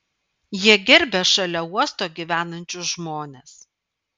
jie gerbia šalia uosto gyvenančius žmones